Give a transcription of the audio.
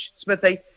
Smithy